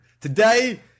Today